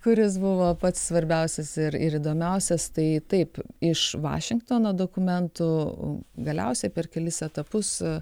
kuris buvo pats svarbiausias ir ir įdomiausias tai taip iš vašingtono dokumentų galiausiai per kelis etapus